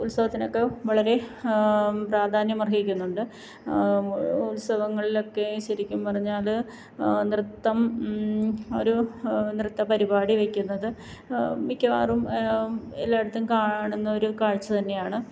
ഉത്സവത്തിനൊക്ക വളരെ പ്രാധാന്യമർഹിക്കുന്നുണ്ട് ഉത്സവങ്ങളിലൊക്കെ ശരിക്കും പറഞ്ഞാൽ അത് നൃത്തം ഒരു നൃത്തപരിപാടി വെയ്ക്കുന്നത് മിക്കവാറും എല്ലായിടത്തും കാണുന്ന ഒരു കാഴ്ച്ച തന്നെയാണ്